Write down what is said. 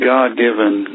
God-given